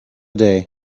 day